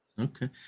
Okay